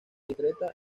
discreta